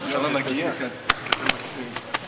ובסוף כשהוא כבר מגיע אז מעט מדי נוכחים במליאה.